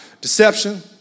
Deception